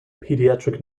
pediatric